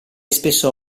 spesso